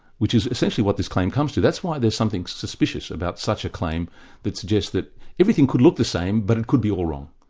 which is essentially what this claim comes to. that's why there's something suspicious about such a claim that suggests that everything could look the same, but it could be all wrong.